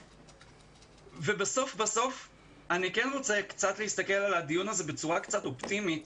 בסוף אני רוצה להסתכל על הדיון בצורה אופטימית